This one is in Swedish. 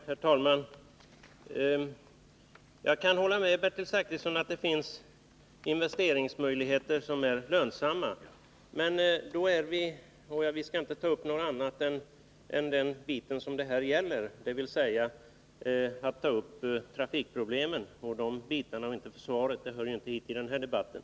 Herr talman! Jag kan hålla med Bertil Zachrisson om att det finns lönsamma investeringsmöjligheter. Och vi skall inte ta upp något annat än den bit som det här gäller, dvs. trafikfrågorna. Investeringar inom försvaret hör inte hemma i den här debatten.